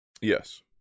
Yes